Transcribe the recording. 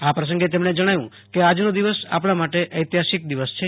આ પ્રસંગે તમણે જણાવ્યું કે આજનો દિવસ આપણા માટ ઐતિહાસિક દિવસ છે